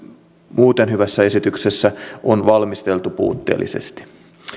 muuten hyvässä esityksessä on valmisteltu puutteellisesti